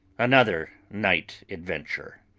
another night adventure.